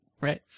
Right